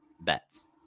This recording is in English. bets